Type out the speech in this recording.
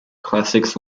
classics